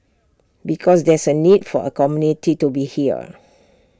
because there's A need for A community to be here